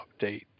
update